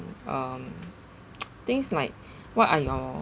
um things like what are your